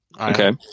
Okay